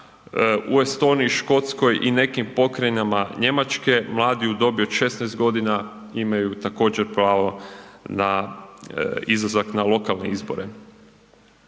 u Estoniji, Škotskoj i nekim pokrajinama Njemačke, mladi u dobi od 16.g. imaju također pravo na, izlazak na lokalne izbore.